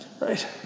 right